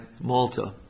Malta